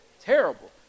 Terrible